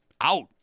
out